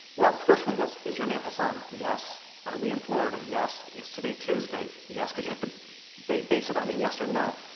well the first one was, is your name hasan? yes. are we in florida? yes. is today tuesday? yes. because you have to base base it on a yes or no.